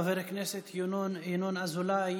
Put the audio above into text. חבר הכנסת ינון אזולאי,